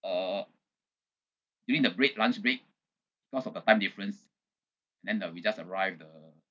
uh during the break lunch break cause of the time difference and then the we just arrived the